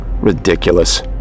Ridiculous